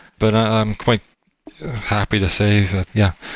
but i'm quite happy to say that yeah,